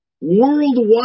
worldwide